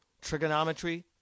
trigonometry